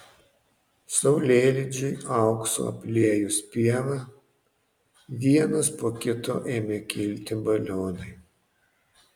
saulėlydžiui auksu apliejus pievą vienas po kito ėmė kilti balionai